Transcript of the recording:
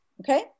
okay